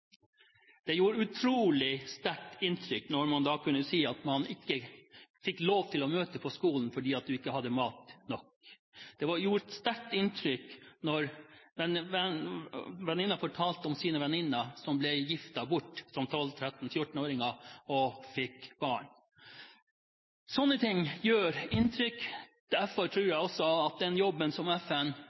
møte på skolen fordi de ikke hadde nok mat. Det gjorde et sterkt inntrykk da en av dem fortalte om sine venninner som ble giftet bort som tolv-, tretten-, fjortenåringer og fikk barn. Sånne ting gjør inntrykk. Derfor tror jeg også at den jobben som FN